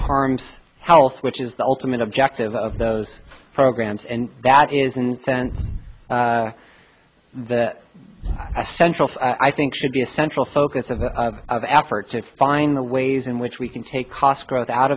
harms house which is the ultimate objective of those programs and that is and then that i central i think should be a central focus of the effort to find the ways in which we can take